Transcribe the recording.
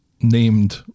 named